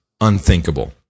unthinkable